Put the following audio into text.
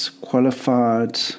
qualified